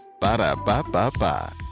Ba-da-ba-ba-ba